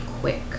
quick